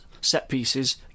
set-pieces